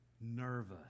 nervous